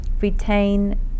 retain